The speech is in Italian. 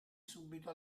subito